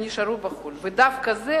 שנשארו בחוץ-לארץ,